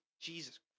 Jesus